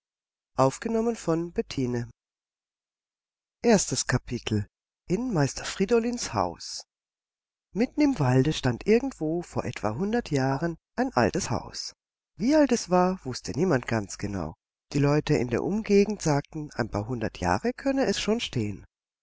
erstes kapitel in meister friedolins haus mitten im walde stand irgendwo vor etwa hundert jahren ein altes haus wie alt es war wußte niemand ganz genau die leute in der umgegend sagten ein paar hundert jahre könne es schon stehen